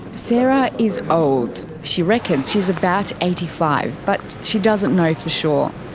sarah is old. she reckons she's about eighty five, but she doesn't know for sure.